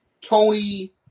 Tony